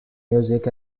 music